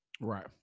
Right